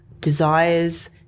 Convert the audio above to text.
desires